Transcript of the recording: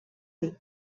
dir